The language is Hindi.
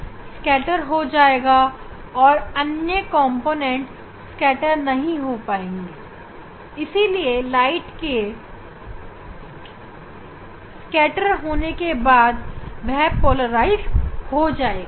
स्कैटर हो जाएगा और अन्य कॉम्पोनेंट स्कैटर नहीं हो पाएंगे इसीलिए प्रकाश के स्कैटर होने के बाद वह पोलराइज हो जाएगा